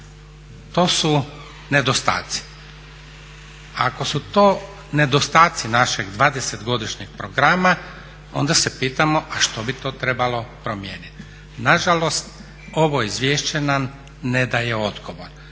To su nedostaci. Ako su to nedostaci našeg dvadesetogodišnjeg programa onda se pitamo, a što bi to trebalo promijeniti? Nažalost ovo izvješće nam ne daje odgovor.